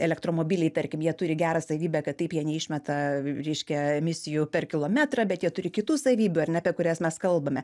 elektromobiliai tarkim jie turi gerą savybę kad taip jie neišmeta reiškia emisijų per kilometrą bet jie turi kitų savybių ar ne apie kurias mes kalbame